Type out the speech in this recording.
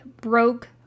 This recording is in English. broke